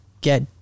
get